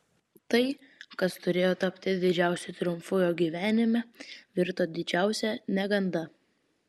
tai kas turėjo tapti didžiausiu triumfu jo gyvenime virto didžiausia neganda